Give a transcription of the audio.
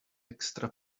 extra